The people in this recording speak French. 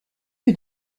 que